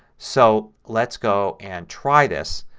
so let's go and try this.